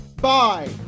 Bye